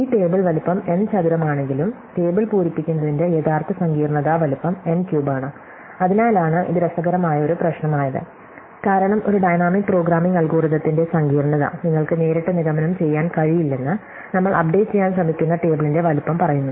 ഈ ടേബിൾ വലുപ്പം n ചതുരമാണെങ്കിലും ടേബിൾ പൂരിപ്പിക്കുന്നതിന്റെ യഥാർത്ഥ സങ്കീർണ്ണത വലുപ്പം n ക്യൂബാണ് അതിനാലാണ് ഇത് രസകരമായ ഒരു പ്രശ്നം ആയത് കാരണം ഒരു ഡൈനാമിക് പ്രോഗ്രാമിംഗ് അൽഗോരിത്തിന്റെ സങ്കീർണ്ണത നിങ്ങൾക്ക് നേരിട്ട് നിഗമനം ചെയ്യാൻ കഴിയില്ലെന്ന് നമ്മൾ അപ്ഡേറ്റ് ചെയ്യാൻ ശ്രമിക്കുന്ന ടേബിളിന്റെ വലുപ്പം പറയുന്നു